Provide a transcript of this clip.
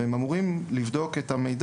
והם אמורים לבדוק אותו.